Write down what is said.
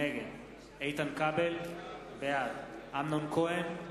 נגד איתן כבל, בעד אמנון כהן,